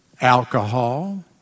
Alcohol